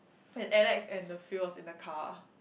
when Alex and the few was in the car